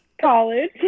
college